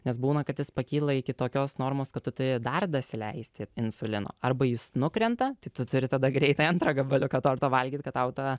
nes būna kad jis pakyla iki tokios normos kad tu turi dar dasileisti insulino arba jis nukrenta tai tu turi tada greitai antrą gabaliuką torto valgyt kad tau tą